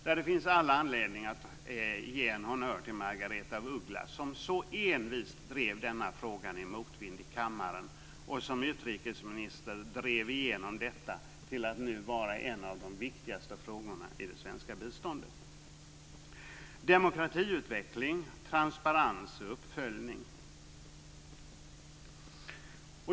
Där finns det all anledning att ge en honnör till Margareta af Ugglas, som så envist drev denna fråga i motvind i kammaren och som utrikesminister drev igenom detta till att nu vara en av de viktigaste frågorna i det svenska biståndet, nämligen demokratiutveckling, transparens och uppföljning.